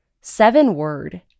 seven-word